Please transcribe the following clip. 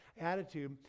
attitude